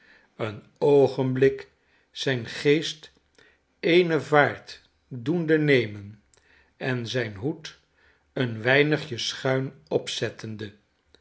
een oogenblik zijn geest eene vaart doende nemen en zijn hoed een weinigje schuin opzettende